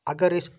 اَگر أسۍ